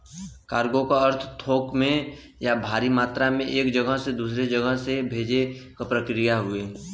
cargo क अर्थ थोक में या भारी मात्रा में एक जगह से दूसरे जगह से भेजे क प्रक्रिया हउवे